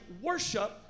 worship